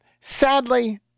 Sadly